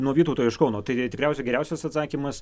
nuo vytauto iš kauno tai tikriausiai geriausias atsakymas